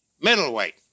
middleweight